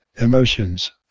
emotions